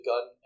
gun